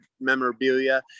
memorabilia